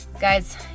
Guys